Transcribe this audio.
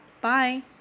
Bye